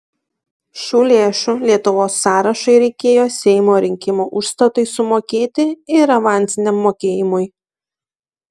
šių lėšų lietuvos sąrašui reikėjo seimo rinkimų užstatui sumokėti ir avansiniam mokėjimui